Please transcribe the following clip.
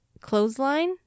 clothesline